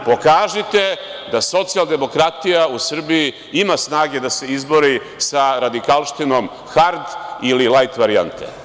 Pokažite da socijaldemokratija u Srbiji ima snage da se izbori sa radikalštinom hard ili lajt varijante.